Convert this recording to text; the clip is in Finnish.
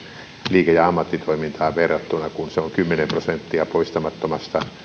liike ja ammattitoimintaan verrattuna kun se on kymmenen prosenttia poistamattomasta